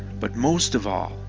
but most of all